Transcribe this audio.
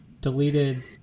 deleted